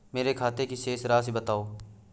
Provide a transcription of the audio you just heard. मेरे खाते की शेष राशि बताओ?